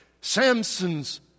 Samson's